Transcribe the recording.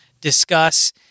discuss